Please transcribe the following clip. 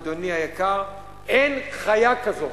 אדוני היקר, אין חיה כזאת,